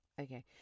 Okay